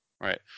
right